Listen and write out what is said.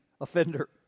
offender